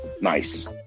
Nice